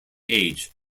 age